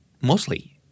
mostly